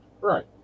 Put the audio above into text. right